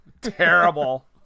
Terrible